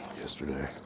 yesterday